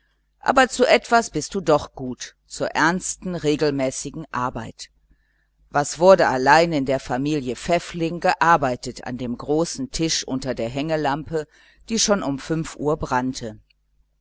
aber zu etwas bist du doch gut zur ernsten regelmäßigen arbeit was wurde allein in der familie pfäffling gearbeitet an dem großen tisch unter der hängelampe die schon um uhr brannte